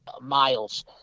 miles